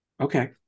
Okay